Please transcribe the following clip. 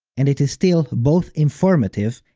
and it is still both informative,